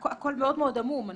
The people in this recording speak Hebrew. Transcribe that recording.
הכול מאוד מאוד עמום.